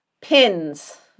Pins